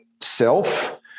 self